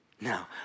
now